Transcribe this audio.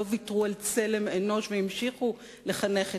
לא ויתרו על צלם אנוש והמשיכו לחנך את